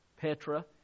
Petra